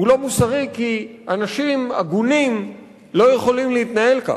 הוא לא מוסרי כי אנשים הגונים לא יכולים להתנהל כך,